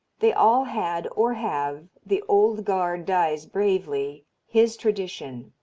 they all had, or have the old guard dies bravely his tradition,